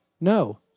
No